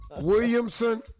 Williamson